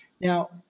Now